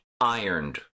ironed